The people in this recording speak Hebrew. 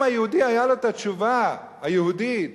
אם היהודי היתה לו התשובה היהודית,